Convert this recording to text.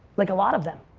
like a lot of them,